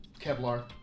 Kevlar